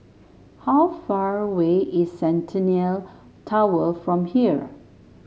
how far away is Centennial Tower from here